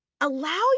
allow